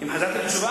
כן.